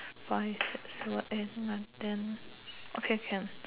five six seven eight nine ten okay can